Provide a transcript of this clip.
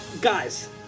Guys